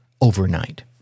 overnight